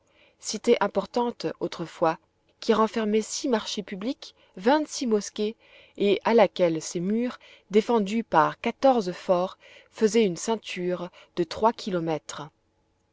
cité importante autrefois qui renfermait six marchés publics vingt-six mosquées et à laquelle ses murs défendus par quatorze forts faisaient une ceinture de trois kilomètres